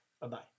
Bye-bye